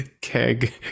Keg